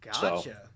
Gotcha